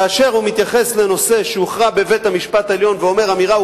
שכאשר הוא מתייחס לנושא שהוכרע בבית-המשפט העליון ואומר אמירה,